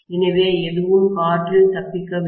எனவே எதுவும் காற்றில் தப்பிக்கவில்லை